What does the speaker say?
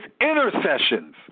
intercessions